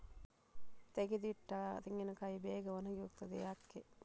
ತೆಗೆದು ಇಟ್ಟ ತೆಂಗಿನಕಾಯಿ ಬೇಗ ಒಣಗಿ ಹೋಗುತ್ತದೆ ಯಾಕೆ?